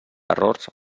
errors